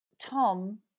Tom